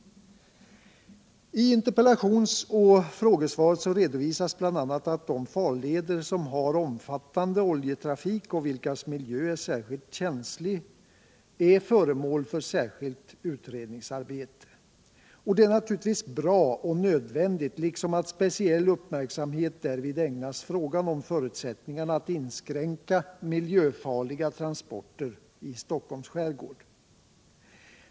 I interpellations och frågesvaret redovisas bl.a. att de farleder som har omfattande oljetrafik och vilkas miljö är speciellt känslig är föremål för särskilt utredningsarbete. Det är naturligtvis bra och nödvändigt liksom att Om säkrare sjötransporter av olja Om säkrare sjötransporter av olja speciell upomärksamhet därvid ägnas frågan om förutsättningarna att inskränka miljöfarliga transporter i Stockholms skärgård.